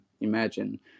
imagine